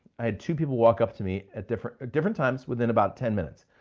i had two people walk up to me at different different times within about ten minutes,